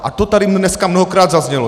A to tady dneska mnohokrát zaznělo.